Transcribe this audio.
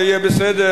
זה יהיה בסדר,